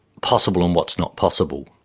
possible and what's not possible.